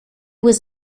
was